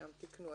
שם תיקנו.